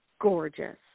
gorgeous